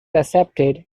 accepted